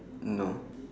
no